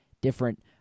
different